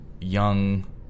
young